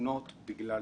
מופנות בגלל